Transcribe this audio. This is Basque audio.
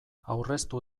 aurreztu